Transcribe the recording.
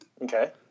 Okay